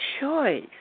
choice